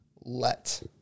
Let